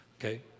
okay